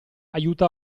aiuta